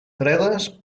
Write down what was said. fredes